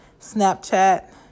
snapchat